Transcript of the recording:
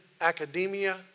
academia